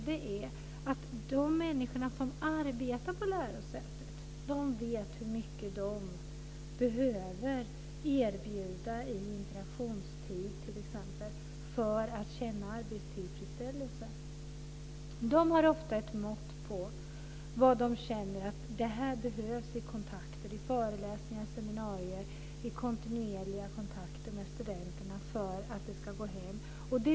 Det är att de människor som arbetar på lärosätet vet hur mycket de behöver erbjuda i t.ex. interaktionstid för att känna arbetstillfredsställelse. De har ofta ett mått för det här. De känner vad som behövs i fråga om kontakter, i föreläsningar, seminarier och kontinuerliga kontakter med studenterna för att undervisningen ska gå hem.